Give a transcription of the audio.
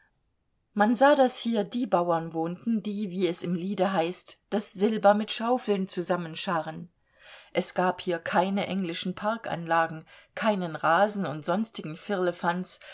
man sah daß hier die bauern wohnten die wie es im liede heißt das silber mit schaufeln zusammenscharren es gab hier keine englischen parkanlagen keinen rasen und sonstigen firlefanz